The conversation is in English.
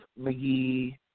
McGee